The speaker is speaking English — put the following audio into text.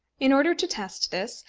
in order to test this,